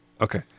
okay